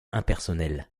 impersonnelle